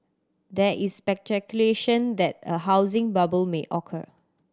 there is that a housing bubble may occur